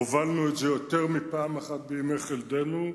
הובלנו את זה יותר מפעם אחת בימי חלדנו,